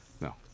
No